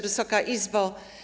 Wysoka Izbo!